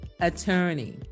attorney